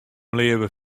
leaver